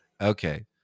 Okay